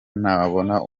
nabona